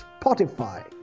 Spotify